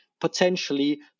potentially